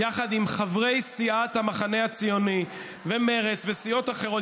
יחד עם חברי סיעת המחנה הציוני ומרצ וסיעות אחרות,